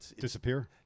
Disappear